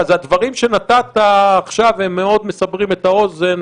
אז הדברים שנתת עכשיו מאוד מסברים את האוזן,